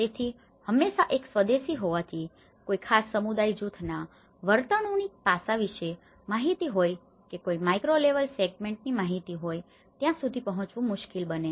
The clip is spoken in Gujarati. તેથી હંમેશાં એક સ્વદેશી હોવાથી કોઈ ખાસ સમુદાય જૂથના વર્તણૂકીય પાસા વિશેની માહિતી હોઈ કે કોઈ માઇક્રોલેવલ સેગમેન્ટની માહિતી હોય ત્યાં સુધી પહોંચવું મુશ્કેલ બને છે